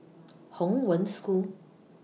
Hong Wen School